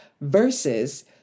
versus